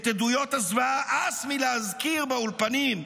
את עדויות הזוועה הס מלהזכיר באולפנים.